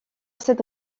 cette